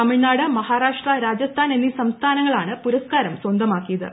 തമിഴ്നാട് മഹാരാഷ്ട്ര രാജസ്ഥാൻ എന്നീ സംസ്ഥാനങ്ങൾ ആണ് പുരസ്കാരം സ്വന്തമാക്കിയത്